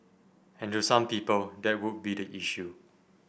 and to some people that would be the issue